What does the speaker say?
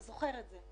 אתה זוכר את זה,